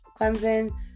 Clemson